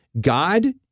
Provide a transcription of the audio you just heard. God